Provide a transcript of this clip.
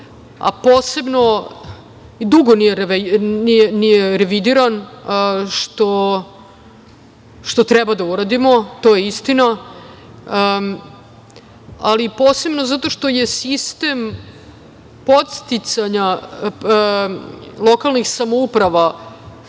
a posebno i dugo nije revidiran, što treba da uradimo, to je istina, ali posebno zato što je sistem podsticanja lokalnih samouprava